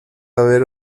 haber